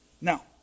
Now